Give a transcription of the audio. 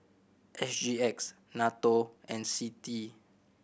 S G X NATO and CITI